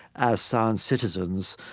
as science citizens,